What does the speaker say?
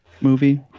movie